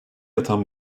yatan